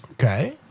Okay